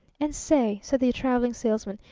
and say, said the traveling salesman,